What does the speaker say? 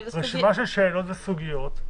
שהיו רשימה של שאלות וסוגיות,